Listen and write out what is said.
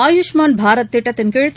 ஆயுஷ்மான் பாரத் திட்டத்தின் கீழ்